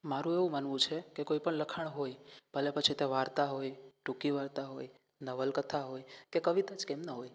મારું એવું માનવું છે કે કોઈ પણ લખાણ હોય પછી ભલે તે વાર્તા હોય ટૂંકી વાર્તા હોય નવલકથા હોય કે પછી કવિતા જ કેમ ના હોય